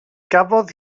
gafodd